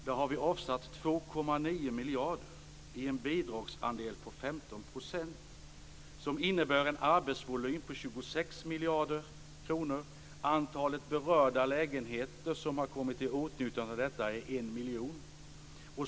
Där har vi avsatt 2,9 miljarder i en bidragsandel på 15 %, som innebär en arbetsvolym på 26 miljarder kronor. Antalet berörda lägenheter som har kommit i åtnjutande av detta är 1 miljon.